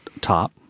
top